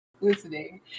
listening